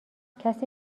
کسی